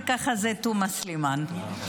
וככה זה תומא סלימאן.